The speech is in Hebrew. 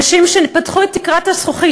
נשים שפתחו את תקרת הזכוכית,